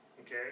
Okay